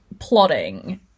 plotting